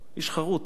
איש חרוץ.